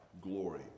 glory